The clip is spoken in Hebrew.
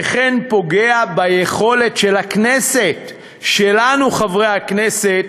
וכן פוגע ביכולת של הכנסת, שלנו, חברי הכנסת,